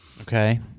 Okay